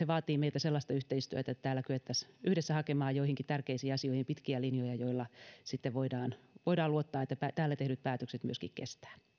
vaatii meiltä sellaista yhteistyötä että täällä kyettäisiin yhdessä hakemaan joihinkin tärkeisiin asioihin pitkiä linjoja jotta sitten voidaan voidaan luottaa että täällä tehdyt päätökset myöskin kestävät